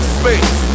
space